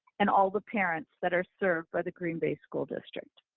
and all the parents that are served by the green bay school district.